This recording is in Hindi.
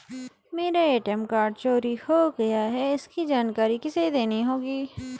मेरा ए.टी.एम कार्ड चोरी हो गया है इसकी जानकारी किसे देनी होगी?